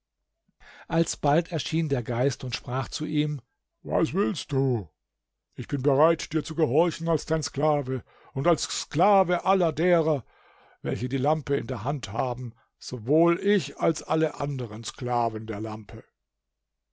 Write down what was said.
alsbald erschien der geist und sprach zu ihm was willst du ich bin bereit dir zu gehorchen als dein sklave und als sklave aller derer welche die lampe in der hand haben sowohl ich als alle anderen sklaven der lampe